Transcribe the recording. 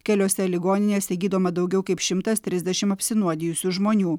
keliose ligoninėse gydoma daugiau kaip šimtas trisdešim apsinuodijusių žmonių